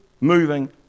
moving